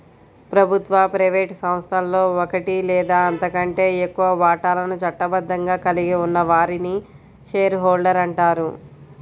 ప్రభుత్వ, ప్రైవేట్ సంస్థలో ఒకటి లేదా అంతకంటే ఎక్కువ వాటాలను చట్టబద్ధంగా కలిగి ఉన్న వారిని షేర్ హోల్డర్ అంటారు